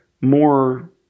more